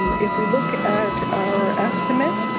um if we look at our estimate,